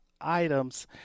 items